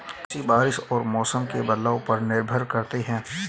कृषि बारिश और मौसम के बदलाव पर निर्भर करती है